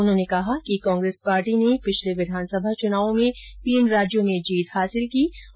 उन्होंने कहा कि कांग्रेस पार्टी ने पिछले विधानसभा चुनावों में तीन राज्यों में जीत हांसिल की है